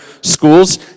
schools